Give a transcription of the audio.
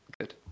good